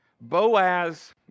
Boaz